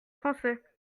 français